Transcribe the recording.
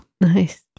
Nice